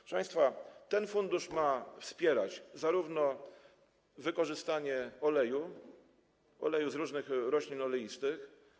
Proszę państwa, ten fundusz ma wspierać wykorzystanie oleju - oleju z różnych roślin oleistych.